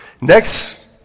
Next